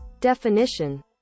Definition